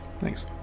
thanks